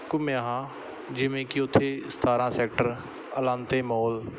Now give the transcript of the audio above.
ਘੁੰਮਿਆ ਹਾਂ ਜਿਵੇਂ ਕਿ ਉੱਥੇ ਸਤਾਰਾਂ ਸੈਕਟਰ ਅਲਾਤੇ ਮੌਲ